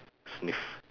sniff